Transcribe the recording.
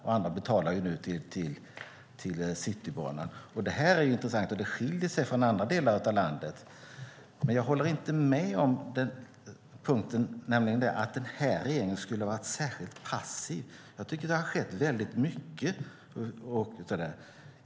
Även de betalar nu till Citybanan. Det är intressant och skiljer sig från förhållandena i andra delar av landet. Jag håller inte med om att den nuvarande regeringen skulle ha varit särskilt passiv. Det har skett mycket.